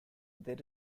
there